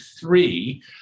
three